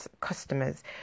customers